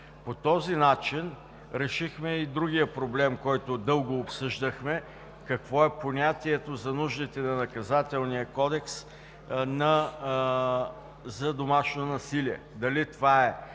По този начин решихме и другия проблем, който дълго обсъждахме, какво е понятието за нуждите на Наказателния кодекс за домашно насилие